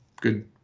good